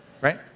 Right